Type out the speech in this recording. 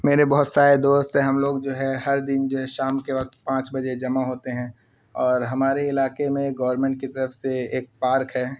میرے بہت سارے دوست ہیں ہم لوگ جو ہے ہر دن جو ہے شام کے وقت پانچ بجے جمع ہوتے ہیں اور ہمارے علاقے میں گورنمنٹ کی طرف سے ایک پارک ہے